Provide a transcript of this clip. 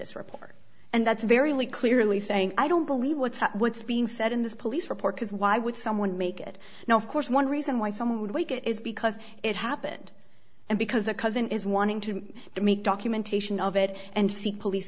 this report and that's very lee clearly saying i don't believe what's what's being said in this police report because why would someone make it now of course one reason why some would wake it is because it happened and because a cousin is wanting to make documentation of it and seek police